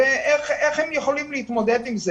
הרי איך הם יכולים להתמודד עם זה?